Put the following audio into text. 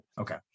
Okay